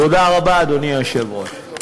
תודה רבה, אדוני היושב-ראש.